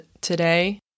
today